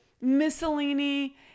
miscellany